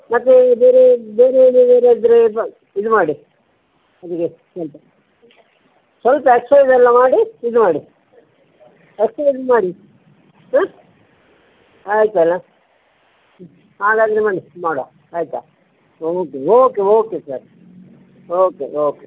ಮತ್ತೆ ಬೇರೆ ಬೇರೆ ಏನಾದರು ಇದ್ದರೆ ಇದು ಮಾಡಿ ಅಲ್ಲಿಗೆ ಎಂತ ಸ್ವಲ್ಪ ಎಕ್ಸೈಸ್ ಎಲ್ಲ ಮಾಡಿ ಇದು ಮಾಡಿ ಎಕ್ಸೈಸ್ ಮಾಡಿ ಹಾಂ ಆಯಿತಲ್ಲ ಹಾಗಾದರೆ ಬನ್ನಿ ಮಾಡುವ ಆಯಿತಾ okay okay okay sir okay okay